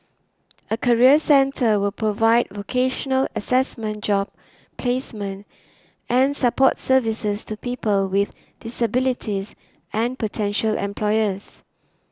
a career centre will provide vocational assessment job placement and support services to people with disabilities and potential employers